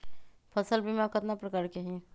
फसल बीमा कतना प्रकार के हई?